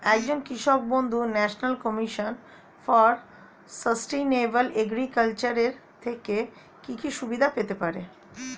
একজন কৃষক বন্ধু national commission for sustainable agriculture এর থেকে কি কি সুবিধা পেতে পারে?